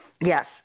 Yes